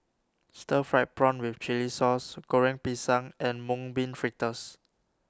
Stir Fried Prawn with Chili Sauce Goreng Pisang and Mung Bean Fritters